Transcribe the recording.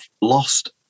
lost